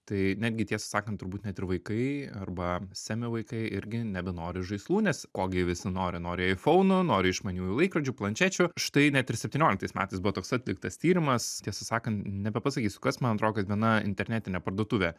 tai netgi tiesą sakant turbūt net ir vaikai arba semi vaikai irgi nebenori žaislų nes ko gi visi nori nori ai founų nori išmaniųjų laikrodžių planšečių štai net ir septynioliktais metais buvo toks atliktas tyrimas tiesą sakant nebepasakysiu kas man atrodo kad viena internetinė parduotuvė